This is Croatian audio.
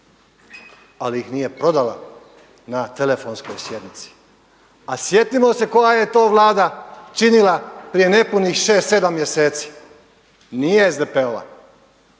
ali ih nije prodala na telefonskoj sjednici. A sjetimo se koja je to Vlada činila prije nepunih 6, 7 mjeseci. Nije SDP-ova,